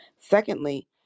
secondly